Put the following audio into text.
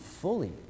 fully